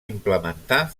implementar